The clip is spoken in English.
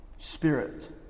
Spirit